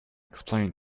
explained